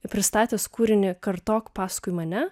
pristatęs kūrinį kartok paskui mane